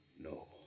No